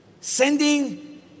Sending